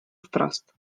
wprost